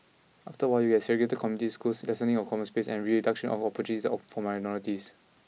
after a while you will get segregated communities schools lessening of common space and reduction of opportunities for minorities